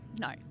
No